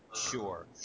Sure